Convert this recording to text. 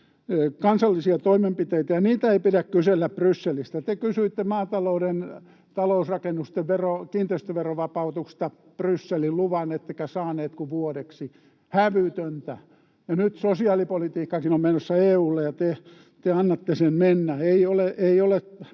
kansallisia toimenpiteitä, ja niitä ei pidä kysellä Brysselistä. Te kysyitte Brysselistä maatalouden talousrakennusten kiinteistöverovapautuksesta luvan, ettekä saaneet kuin vuodeksi — hävytöntä. Ja nyt sosiaalipolitiikkakin on menossa EU:lle, ja te annatte sen mennä.